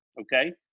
okay